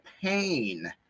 pain